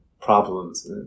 problems